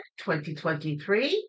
2023